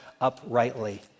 uprightly